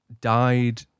died